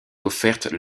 offertes